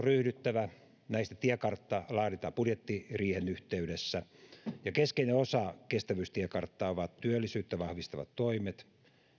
ryhdyttävä ja tiekartta näistä laaditaan budjettiriihen yhteydessä keskeinen osa kestävyystiekarttaa ovat työllisyyttä vahvistavat toimet